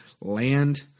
land